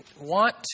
want